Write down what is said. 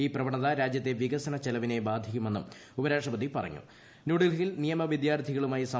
ഈ പ്രവണത രാജ്യത്തെ വികസന ചെലവിനെ ബാധിക്കുമെന്നും ഉപരാഷ്ട്രപതി ന്യൂഡൽഹിയിൽ നിയമ വിദ്യാർഥികളുമായി പറഞ്ഞു